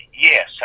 yes